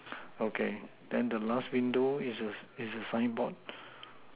okay then the last window is a is a signboard